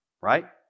right